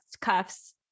cuffs